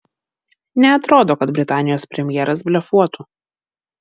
neatrodo kad britanijos premjeras blefuotų